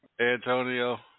Antonio